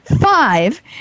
five